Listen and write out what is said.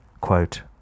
quote